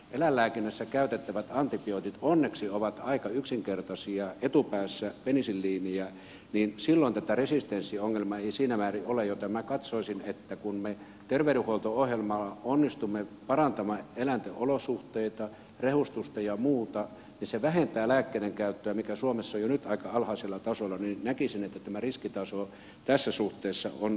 eläinlääkinnässä käytettävät antibiootit onneksi ovat aika yksinkertaisia etupäässä penisilliiniä ja silloin tätä resistenssiongelmaa ei siinä määrin ole joten minä katsoisin että kun me terveydenhuolto ohjelmalla onnistumme parantamaan eläinten olosuhteita rehustusta ja muuta niin se vähentää lääkkeiden käyttöä mikä suomessa on jo nyt aika alhaisella tasolla ja näkisin että tämä riskitaso tässä suhteessa on aika pieni